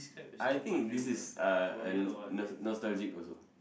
I think this is uh a nos~ nostalgic also